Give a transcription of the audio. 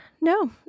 no